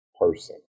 person